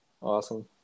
Awesome